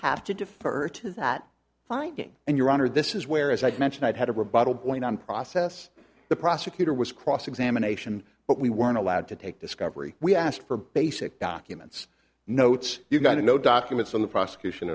have to defer to that finding and your honor this is where as i mentioned i'd had a rebuttal going on process the prosecutor was cross examination but we weren't allowed to take discovery we asked for basic documents notes you've got no documents in the prosecution